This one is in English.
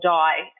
die